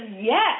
yes